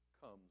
comes